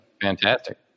Fantastic